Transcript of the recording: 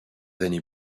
années